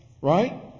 right